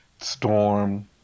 Storm